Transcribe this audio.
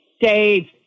Dave